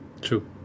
True